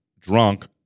drunk